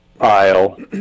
aisle